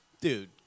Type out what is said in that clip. Dude